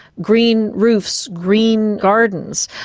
green roofs, green gardens,